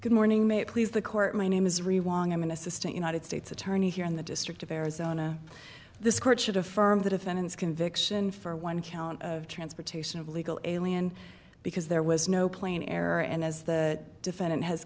good morning may it please the court my name is rewiring i'm an assistant united states attorney here in the district of arizona this court should affirm the defendant's conviction for one count of transportation of illegal alien because there was no plain air and as the defendant has